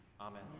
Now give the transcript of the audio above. Amen